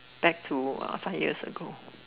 back to five years ago